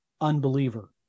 unbeliever